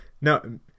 no